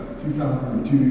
2002